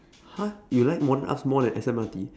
!huh! you like modern arts more than S_M_R_T